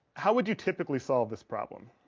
how would you typically solve this problem?